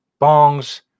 bongs